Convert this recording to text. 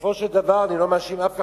ובסופו של דבר, אני לא מאשים אף אחד,